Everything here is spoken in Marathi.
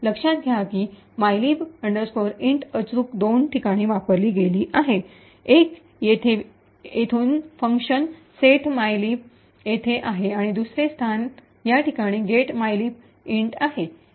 लक्षात घ्या की मायलीब इंट mylib int अचूक दोन ठिकाणी वापरली गेली आहे एक येथे येथून येथे function set mylib int set mylib int येथे आहे आणि दुसरे स्थान या ठिकाणी get mylib int get mylib int आहे